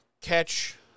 catch